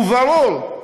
ברור,